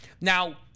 Now